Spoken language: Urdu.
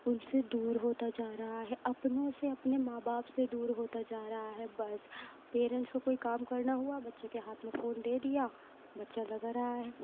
ان سے دور ہوتا جا رہا ہے اپنوں سے اپنے ماں باپ سے دور ہوتا جا رہا ہے بس پیرینٹس کو کوئی کام کرنا ہوا بچوں کے ہاتھ میں فون دے دیا بچہ لگا رہا ہے